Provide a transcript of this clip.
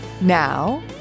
Now